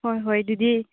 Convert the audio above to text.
ꯍꯣꯏ ꯍꯣꯏ ꯑꯗꯨꯗꯤ